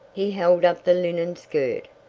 he held up the linen skirt,